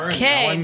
Okay